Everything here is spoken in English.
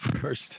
first